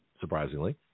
surprisingly